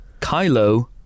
Kylo